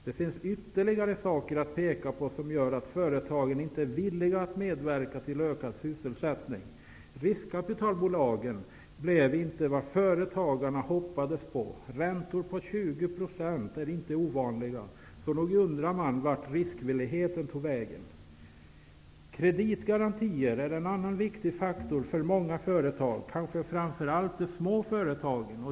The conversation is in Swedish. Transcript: Det finns ytterligare saker att peka på som gör att företagen inte är villiga att medverka till ökad sysselsättning. Riskkapitalbolagen blev inte vad företagarna hoppades på. Räntor på 20 % är inte ovanliga. Man undrar vart riskvilligheten tog vägen. Kreditgarantier är en annan viktig faktor för många företag, kanske framför allt de små företagen.